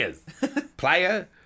Player